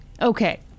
okay